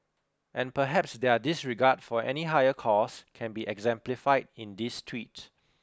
and perhaps their disregard for any higher cause can be exemplified in this tweet